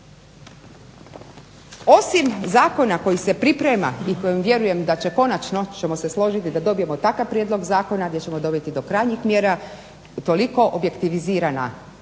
Osim zakona koji se priprema i kojim vjerujem da će konačno ćemo se složiti da dobijemo takav prijedlog zakona gdje ćemo dovesti do krajnjih mjera toliko objektivizirane